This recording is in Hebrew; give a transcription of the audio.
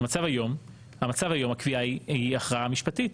במצב היום הקביעה היא הכרעה משפטית.